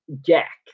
Jack